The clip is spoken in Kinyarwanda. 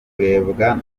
kurebwa